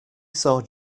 saw